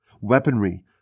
Weaponry